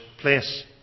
place